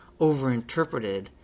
overinterpreted